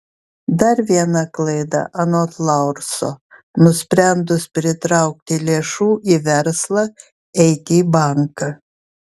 dar viena klaida anot laurso nusprendus pritraukti lėšų į verslą eiti į banką